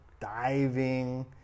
diving